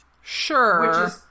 Sure